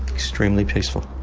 extremely peaceful,